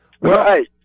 Right